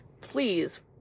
please